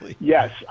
yes